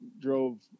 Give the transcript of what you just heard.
drove